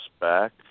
back